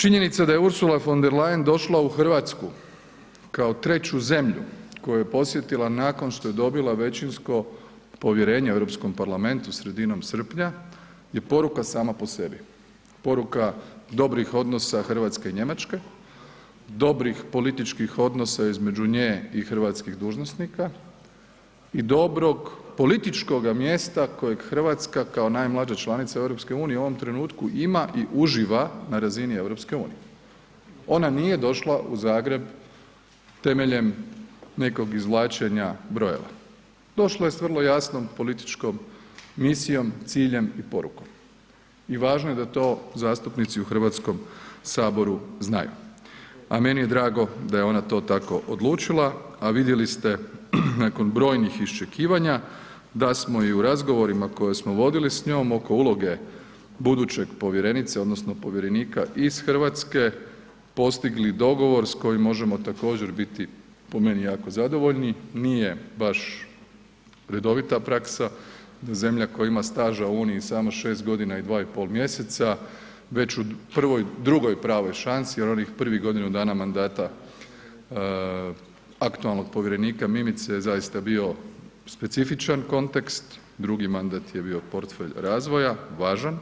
Činjenica da je Ursula von der Leyen došla u RH kao treću zemlju koju je podsjetila nakon što je dobila većinsko povjerenje u Europskom parlamentu sredinom srpnja je poruka sama po sebi, poruka dobrih odnosa RH i Njemačke, dobrih političkih odnosa između nje i hrvatskih dužnosnika i dobrog političkoga mjesta kojeg RH kao najmlađa članica EU u ovom trenutku ima i uživa na razini EU, ona nije došla u Zagreb temeljem nekog izvlačenja brojeva, došla je s vrlo jasnom političkom misijom, ciljem i porukom i važno je da to zastupnici u HS znaju, a meni je drago da je ona to tako odlučila, a vidjeli ste nakon brojnih iščekivanja da smo i u razgovorima koje smo vodili s njom oko uloge buduće povjerenice odnosno povjerenika iz RH, postigli dogovor s kojim možemo također biti po meni, jako zadovoljni, nije baš redovita praksa da zemlja koja ima staža u Uniji samo 6.g. i 2,5 mjeseca već u prvoj, drugoj pravoj šansi jer onih prvih godinu dana mandata aktualnog povjerenika Mimica je zaista bio specifičan kontekst, drugi mandat je bio portfelj razvoja, važan,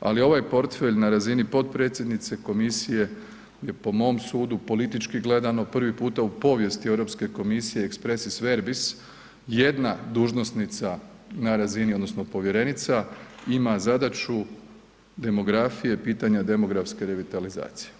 ali ovaj portfelj na razini potpredsjednice komisije je po mom sudu, politički gledano prvi puta u povijesti Europske komisije expressis verbis jedna dužnosnica na razini odnosno povjerenica ima zadaću demografije, pitanja demografske revitalizacije.